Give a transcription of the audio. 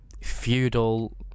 feudal